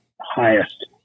highest